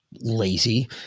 lazy